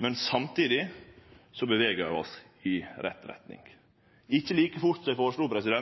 Men ikkje like fort som eg føreslo.